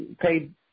paid